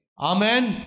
Amen